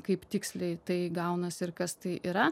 kaip tiksliai tai gaunasi ir kas tai yra